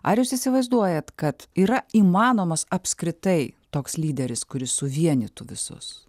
ar jūs įsivaizduojat kad yra įmanomas apskritai toks lyderis kuris suvienytų visus